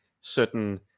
certain